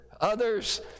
others